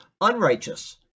unrighteous